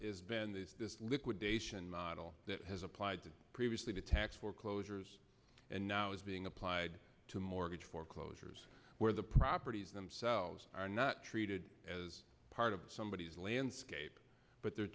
been this liquidation model that has applied to previously to tax foreclosures and now is being applied to mortgage foreclosures where the properties themselves are not treated as part of somebodies landscape but they're